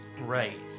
Right